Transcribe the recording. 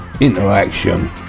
Interaction